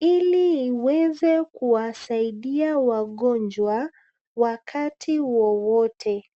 ili iweze kuwasaidia wagonjwa ,wakati wowote.